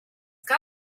got